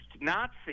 Nazi